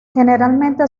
generalmente